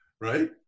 right